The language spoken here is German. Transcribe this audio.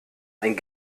ein